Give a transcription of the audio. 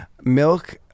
Milk